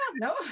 No